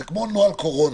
זה כמו נוהל קורונה.